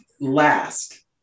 last